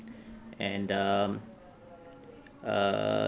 and um err